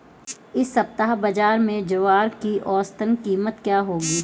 इस सप्ताह बाज़ार में ज्वार की औसतन कीमत क्या रहेगी?